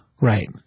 Right